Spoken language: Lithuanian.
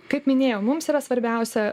kaip minėjau mums yra svarbiausia